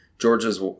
Georgia's